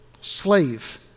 slave